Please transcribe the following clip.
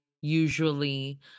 usually